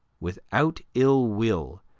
without ill will,